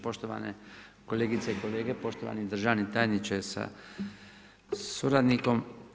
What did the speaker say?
Poštovane kolegice i kolege, poštovani državni tajniče sa suradnikom.